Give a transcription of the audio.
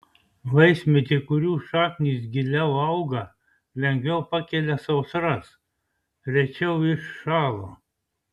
vaismedžiai kurių šaknys giliau auga lengviau pakelia sausras rečiau iššąla